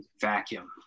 vacuum